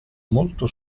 molto